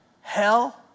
hell